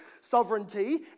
sovereignty